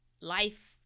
Life